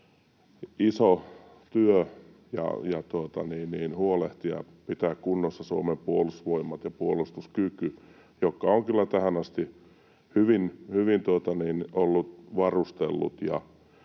iso työ huolehtia, pitää kunnossa Suomen puolustusvoimat ja puolustuskyky, joka on kyllä tähän asti hyvin ollut